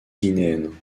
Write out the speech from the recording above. guinéenne